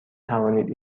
توانید